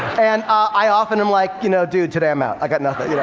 and i often am like, you know, dude, today i'm out. i got nothing. you know?